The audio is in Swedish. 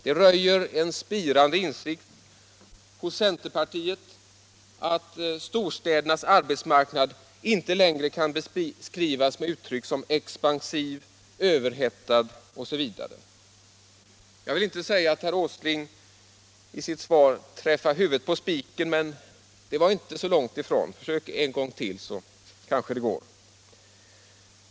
Det röjer en spirande insikt hos centerpartiet om att storstädernas arbetsmarknad inte längre kan beskrivas med uttryck som expansiv, överhettad osv. Jag vill inte säga att herr Åsling i sitt svar träffade huvudet på spiken, men det var inte så långt ifrån. Försök en gång till så kanske det går!